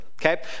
okay